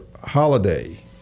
holiday